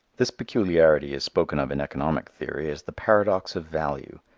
this peculiarity is spoken of in economic theory as the paradox of value.